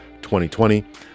2020